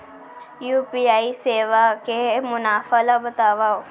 UPI सेवा के मुनाफा ल बतावव?